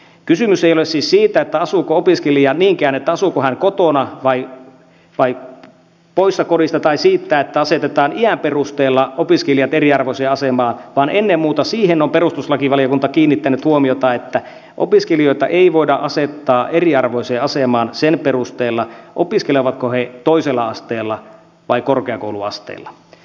kysymys ei ole siis niinkään siitä asuuko opiskelija kotona vai poissa kodista tai siitä että asetetaan iän perusteella opiskelijat eriarvoiseen asemaan vaan perustuslakivaliokunta on kiinnittänyt huomiota ennen muuta siihen että opiskelijoita ei voida asettaa eriarvoiseen asemaan sen perusteella opiskelevatko he toisella asteella vai korkeakouluasteella